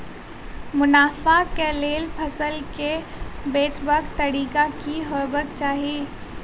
मुनाफा केँ लेल फसल केँ बेचबाक तरीका की हेबाक चाहि?